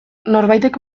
norbaitek